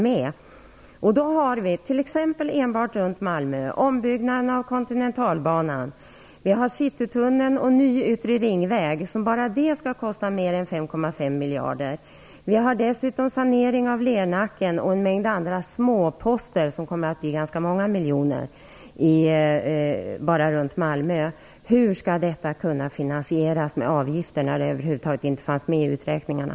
Vi har t.ex. enbart runt Malmö ombyggnaden av kontinentalbanan, citytunneln och en ny yttre ringväg, som kommer att kosta mer än 5,5 miljarder. Vi har dessutom sanering av Lernacken och en mängd andra småposter, som kommer att kosta ganska många miljoner. Hur skall detta kunna finansieras med avgifter, när det över huvud taget inte fanns med i uträkningarna?